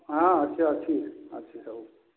ହଁ ଅଛି ଅଛି ଅଛି ସବୁ